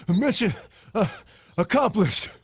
mission accomplished